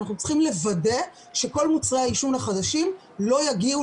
אנחנו צריכים לוודא שכל מוצרי העישון החדשים לא יגיעו